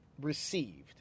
received